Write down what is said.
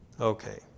Okay